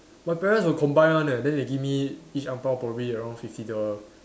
my parents will combine one eh then they give me each ang-bao probably around fifty dollars